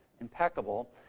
impeccable